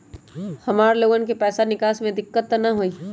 हमार लोगन के पैसा निकास में दिक्कत त न होई?